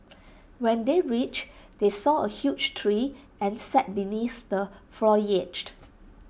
when they reached they saw A huge tree and sat beneath the foliage